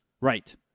right